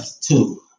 two